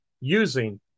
using